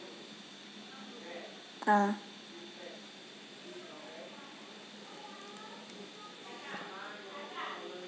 ah